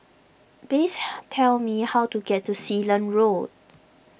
please tell me how to get to Sealand Road